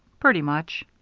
pretty much.